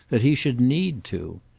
that he should need to.